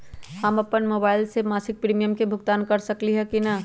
हम अपन मोबाइल से मासिक प्रीमियम के भुगतान कर सकली ह की न?